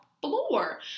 floor